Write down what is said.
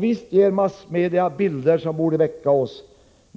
Visst ger massmedia bilder som borde väcka oss.